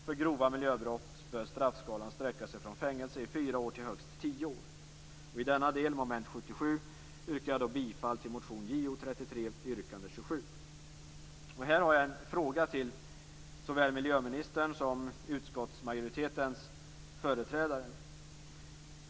För grova miljöbrott bör straffskalan sträcka sig från fängelse i fyra år till högst tio år. Här har jag några frågor till såväl miljöministern som utskottsmajoritetens företrädare.